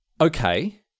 okay